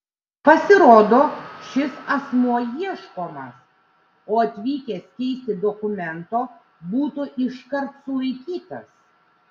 pasirodo šis asmuo ieškomas o atvykęs keisti dokumento būtų iškart sulaikytas